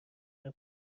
حرف